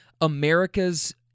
America's